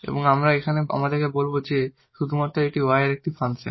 এবং আমরা আমাদের বলব যে এটি শুধুমাত্র y এর একটি ফাংশন